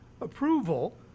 approval